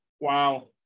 Wow